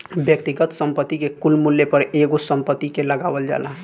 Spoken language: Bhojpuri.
व्यक्तिगत संपत्ति के कुल मूल्य पर एगो संपत्ति के लगावल जाला